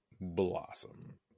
Blossom